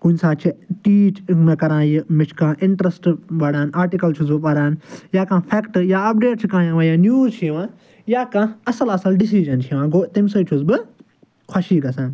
کُنہِ ساتہٕ چھِ ٹیٖچ مےٚ کران یہِ مےٚ چھِ کانٛہہ انٹریسٹ بڑان آرٹِکل چھُس بہٕ پران یا کانٛہہ فیکٹ یا اپڈیٹ چھُ کانٛہہ یِوان یا نیوز چھ یِوان یا کانٛہہ اصل اصل ڈِسِجن چھُ یِوان گوو تمہِ سۭتۍ چھُس بہٕ خۄشی گژھان